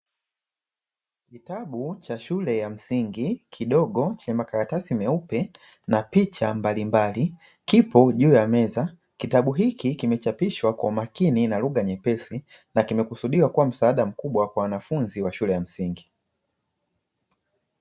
Kitabu cha shule ya msingi kidogo chenye makaratasi meupe na picha mbalimbali kipo juu ya meza. Kitabu hiki kimechapishwa kwa kwa makini na kwa lugha nyepesi, na kimekusudiwa kuwa msaada mkubwa kwa wanafunzi wa shule ya msingi.